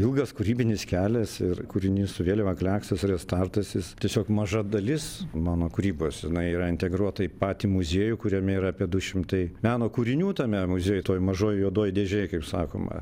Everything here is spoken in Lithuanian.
ilgas kūrybinis kelias ir kūrinys su vėliava kleksas restartas jis tiesiog maža dalis mano kūrybos jinai yra integruota į patį muziejų kuriame yra apie du šimtai meno kūrinių tame muziejuj toje mažoj juodoj dėžėj kaip sakoma